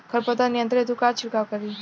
खर पतवार नियंत्रण हेतु का छिड़काव करी?